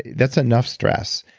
that's enough stress.